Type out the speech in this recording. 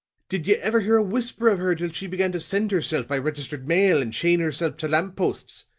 did ye ever hear a whisper of her till she began to send herself by registered mail and chain herself to lamp posts?